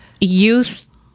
youth